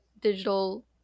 digital